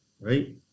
right